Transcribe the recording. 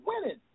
winning